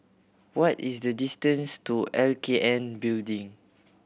what is the distance to L K N Building